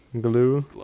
Glue